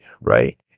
right